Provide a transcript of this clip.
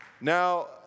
Now